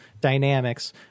dynamics